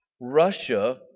Russia